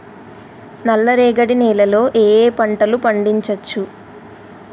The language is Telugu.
నల్లరేగడి నేల లో ఏ ఏ పంట లు పండించచ్చు?